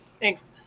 Thanks